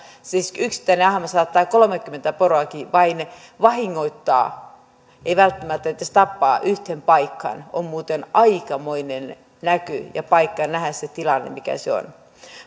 siis yksittäinen ahma saattaa kolmeakymmentä poroakin vain vahingoittaa ei välttämättä edes tappaa yhteen paikkaan on muuten aikamoinen näky ja paikka nähdä se tilanne mikä se on